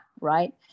right